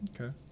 Okay